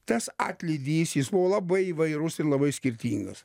tas atlydys jis buvo labai įvairus ir labai skirtingas